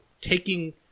taking